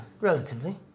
Relatively